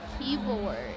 Keyboard